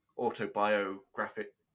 autobiographic